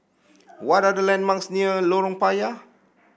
what are the landmarks near Lorong Payah